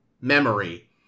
memory